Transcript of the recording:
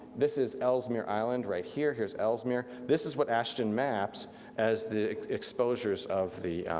this is ellesmere island right here, here's ellesmere. this is what ashton maps as the exposures of the,